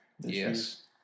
Yes